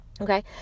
Okay